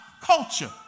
culture